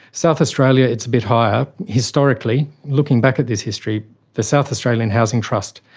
south australia, it's a bit higher. historically, looking back at this history the south australian housing trust,